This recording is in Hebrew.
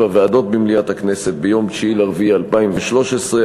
הוועדות במליאת הכנסת ביום 9 באפריל 2013,